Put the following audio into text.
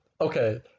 okay